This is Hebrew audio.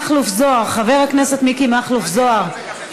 חבר הכנסת מיקי מכלוף זוהר,